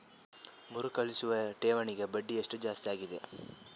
ಮರುಕಳಿಸುವ ಠೇವಣಿಗೆ ಬಡ್ಡಿ ಎಷ್ಟ ಜಾಸ್ತಿ ಆಗೆದ?